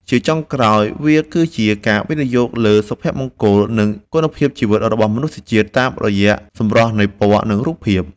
ជាចុងក្រោយ វាគឺជាការវិនិយោគលើសុភមង្គល និងគុណភាពជីវិតរបស់មនុស្សជាតិ តាមរយៈសម្រស់នៃពណ៌ និងរូបភាព។